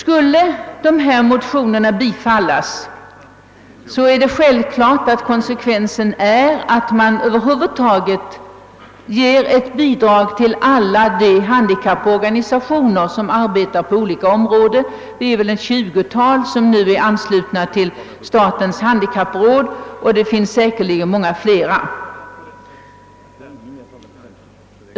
Om dessa motioner skulle bifallas, är det självklart att konsekvensen skulle bli att man över huvud taget skulle ge bidrag till alla de handikapporganisationer som arbetar på olika områden — det är väl ett tjugotal som nu är anslutna till statens handikappråd, och det finns säkerligen många fler.